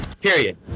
Period